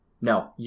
No